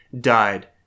died